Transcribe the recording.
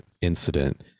incident